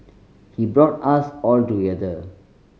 he brought us all together